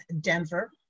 Denver